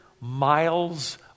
miles